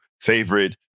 favorite